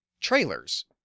trailers